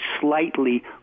slightly